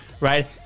right